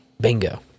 Bingo